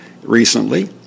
recently